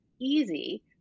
easy